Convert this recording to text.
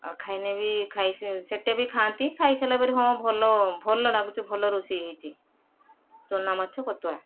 ଆଉ ଖାଇନେ ବି ଖାଇ ସେ ସେଇଟା ବି ଖାଆନ୍ତି ଖାଇସାରିଲା ପରେ ହଁ ଭଲ ଭଲ ନାଗୁଛି ଭଲ ରୋଷେଇ ହେଇଛି ଚୁନାମାଛ ପତୁଆ